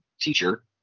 teacher